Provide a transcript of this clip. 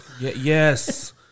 yes